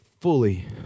fully